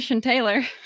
Taylor